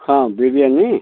ହଁ ବିରିୟାନୀ